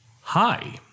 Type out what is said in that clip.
Hi